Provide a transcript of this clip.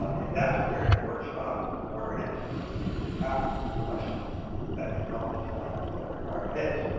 um and that's where your job as the ordering activity is to ask the questions that can help define what that requirement is.